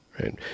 right